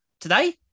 today